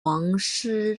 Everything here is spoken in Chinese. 王室